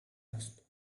asked